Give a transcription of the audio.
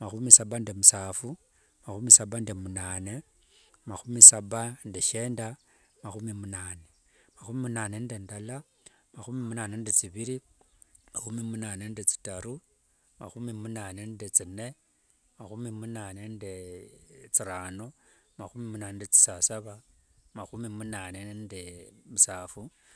mahumi saba nde msafu, mahumi saba nde mnane, mahumi saba nde shenda. mahumi mnane. Mahumi mnane nde ndala, mahumi mnane nde tsiviri, mahumi mnane nde tsitaru, mahumi mnane nde tsine, mahumi mnane nde tsirano, mahumi mnane nde tsisasava. mahumi mnane nde msafu.